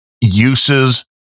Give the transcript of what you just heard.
uses